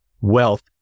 wealth